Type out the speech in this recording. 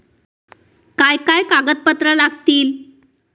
काय काय कागदपत्रा लागतील?